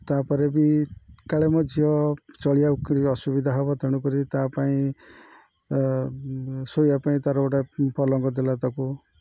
ତା'ପରେ ବି କାଳେ ମୋ ଝିଅ ଚଳିିବାକୁ ଅସୁବିଧା ହବ ତେଣୁକରି ତା ପାଇଁ ଶୋଇବା ପାଇଁ ତା'ର ଗୋଟେ ପଲଙ୍କ ଦେଲା ତାକୁ